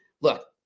look